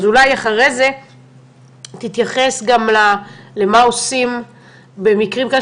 אולי אחרי כן תתייחס גם למה שעושים במקרים כאלה,